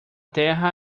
terra